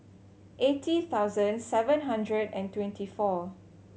eighty thousand seven hundred and twenty four